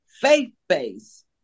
faith-based